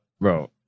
bro